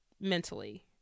mentally